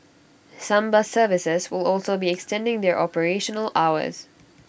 some bus services will also be extending their operational hours